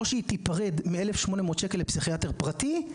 או שהיא תיפרד מ-1500 שקל לפסיכיאטר פרטי,